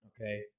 okay